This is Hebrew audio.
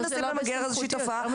איך אתם מנסים למגר איזושהי תופעה,